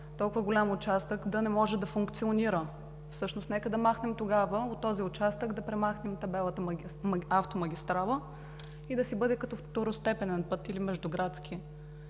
толкова голям участък да не може да функционира. Всъщност нека да махнем тогава от този участък табелата „автомагистрала“ и да си бъде като второстепенен път или междуградски,